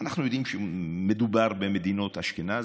אנחנו יודעים שמדובר במדינות אשכנז,